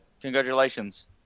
Congratulations